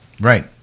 Right